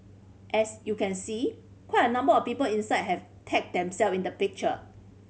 as you can see quite a number of people inside have tagged themself in the picture